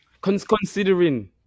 Considering